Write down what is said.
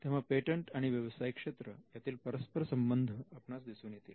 तेव्हा पेटंट आणि व्यवसाय क्षेत्र यातील परस्पर संबंध आपणास दिसून येतील